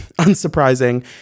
unsurprising